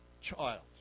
child